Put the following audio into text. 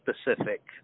specific